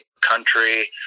country